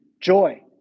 joy